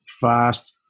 fast